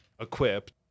equipped